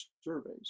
surveys